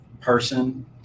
person